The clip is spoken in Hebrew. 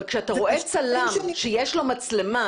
אבל כשאתה רואה שיש לו מצלמה,